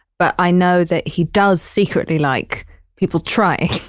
but i know that he does secretly like people trying.